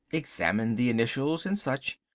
examined the initials and such.